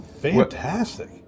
Fantastic